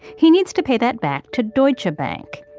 he needs to pay that back to deutsche bank.